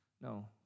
no